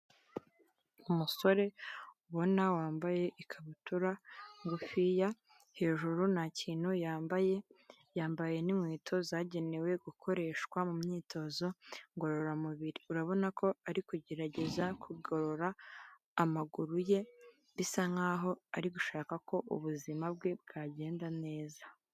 Umusore ubona wambaye ikabutura ngufiya, hejuru ntakinintu yambaye, yambaye n'inkweto zagenewe gukoreshwa mu myitozo ngororamubiri urabona ko ari kugerageza kugorora amaguru ye bisa nkaho ari gushaka ko ubuzima bwe bwagenda neza.